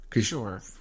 Sure